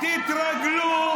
תתרגלו,